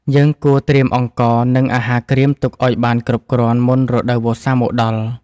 យើងគួរត្រៀមអង្ករ និងអាហារក្រៀមទុកឱ្យបានគ្រប់គ្រាន់មុនរដូវវស្សាមកដល់។